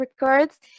records